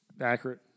Accurate